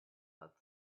had